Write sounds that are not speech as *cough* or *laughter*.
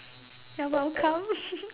you're welcome *laughs*